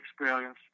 experience